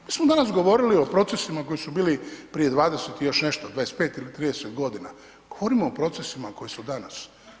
Mi smo danas govorili o procesima koji su bili prije 20 i još nešto, 25 ili 30 godina, govorimo o procesima koji su danas.